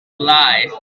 lie